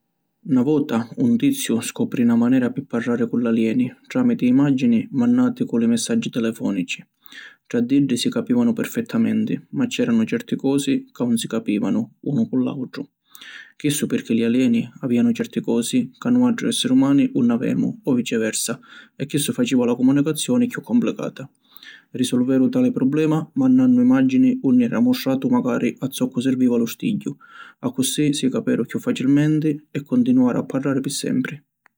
Na vota un tiziu scoprì na manera pi parrari cu l’alieni tramiti imagini mannati cu li messaggi telefonici. Tra d’iddi si capivanu perfettamenti ma c’eranu certi cosi ca ‘un si capivanu unu cu l’autru. Chissu pirchì li alieni avianu certi cosi ca nuatri esseri umani ‘un avemu o viceversa e chissu faciva la comunicazioni chiù complicata. Risolveru tali problema mannannu imagini unni era mustratu macari a zoccu sirviva lu stigghiu. Accussì si caperu chiù facilmenti e continuaru a parrari pi sempri.